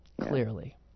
clearly